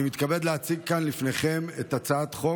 אני מתכבד להציג כאן לפניכם הצעת חוק